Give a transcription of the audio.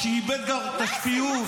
שאיבד גם את השפיות.